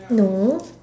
no